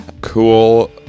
cool